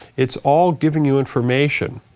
it's all giving you information.